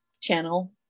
channel